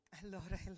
allora